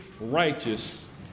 righteous